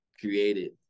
created